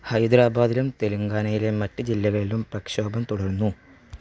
ഹൈദരാബാദിലും തെല്ങ്കാനയിലെ മറ്റ് ജില്ലകളിലും പ്രക്ഷോഭം തുടർന്നു